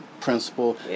principal